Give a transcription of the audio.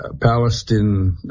Palestine